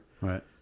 Right